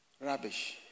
rubbish